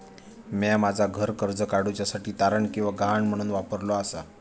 म्या माझा घर कर्ज काडुच्या साठी तारण किंवा गहाण म्हणून वापरलो आसा